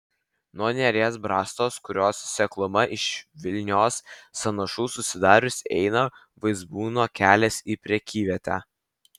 nuo neries brastos kurios sekluma iš vilnios sąnašų susidarius eina vaizbūnų kelias į prekyvietę